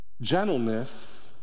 Gentleness